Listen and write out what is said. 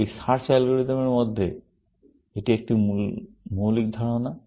এই সার্চ অ্যালগরিদমগুলির মধ্যে এটি একটি মৌলিক ধারণা